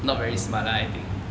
not very smart lah I think